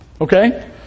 Okay